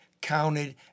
counted